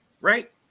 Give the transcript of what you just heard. right